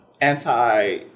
anti